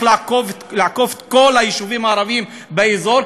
לעקוף את כל היישובים הערביים באזור,